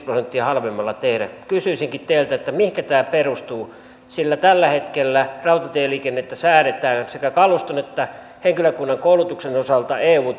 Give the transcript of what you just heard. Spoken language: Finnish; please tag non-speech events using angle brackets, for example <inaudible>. <unintelligible> prosenttia halvemmalla tehdä kysyisinkin teiltä mihinkä tämä perustuu sillä tällä hetkellä rautatieliikennettä säädetään sekä kaluston että henkilökunnan koulutuksen osalta eu <unintelligible>